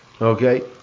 Okay